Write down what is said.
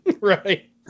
Right